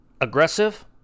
Aggressive